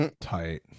tight